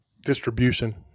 distribution